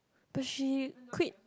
but she quit